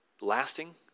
lasting